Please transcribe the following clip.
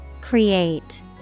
Create